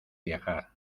viajar